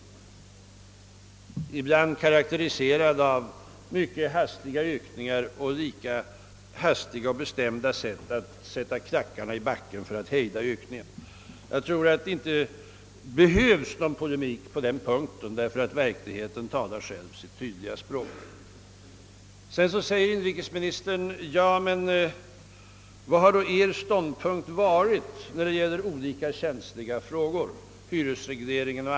Bostadsbyggandet har karakteriserats av hastigt beslutade ökningar varpå man lika plötsligt har satt klackarna i backen för att hejda ökningen. Jag tror inte att det behövs någon polemik i denna fråga, här talar verkligheten sitt tydliga språk. Inrikesministern frågade: Vilken har då er ståndpunkt varit beträffande olika känsliga saker, hyresregleringen etc.?